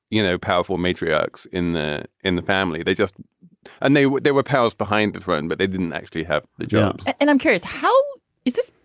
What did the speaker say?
you know, powerful matriarchs in the in the family. they just and they there were powers behind the throne, but they didn't actually have the jobs and i'm curious, how is this?